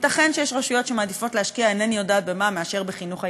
ייתכן שיש רשויות שמעדיפות להשקיע אינני יודעת במה מאשר בחינוך הילדים,